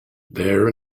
there